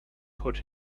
put